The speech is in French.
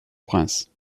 prince